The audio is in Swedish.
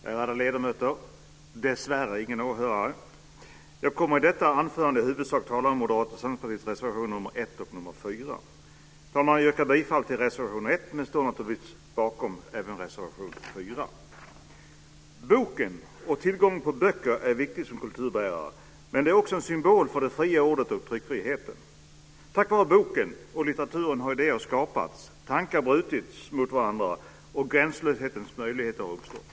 Fru talman, ärade ledamöter! Dessvärre finns ingen åhörare. Jag kommer i detta anförande i huvudsak att tala om Moderata samlingspartiets reservationer nr Fru talman! Jag yrkar bifall till reservation 1 men står naturligtvis bakom även reservation 4. Boken och tillgången på böcker är viktig som kulturbärare, men den är också en symbol för det fria ordet och tryckfriheten. Tack vare boken och litteraturen har idéer skapats, tankar brutits mot varandra och gränslöshetens möjligheter uppstått.